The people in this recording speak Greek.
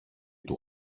του